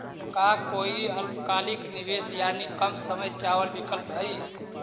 का कोई अल्पकालिक निवेश यानी कम समय चावल विकल्प हई?